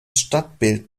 stadtbild